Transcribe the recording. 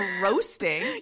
roasting